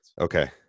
Okay